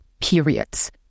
periods